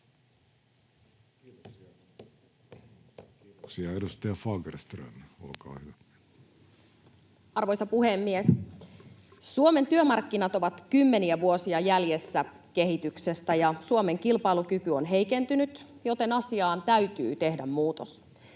Kiitoksia. — Edustaja Fagerström, olkaa hyvä. Arvoisa puhemies! Suomen työmarkkinat ovat kymmeniä vuosia jäljessä kehityksestä, ja Suomen kilpailukyky on heikentynyt, joten asiaan täytyy tehdä muutos.